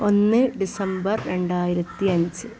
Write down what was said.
ഒന്ന് ഡിസംബർ രണ്ടായിരത്തി അഞ്ച്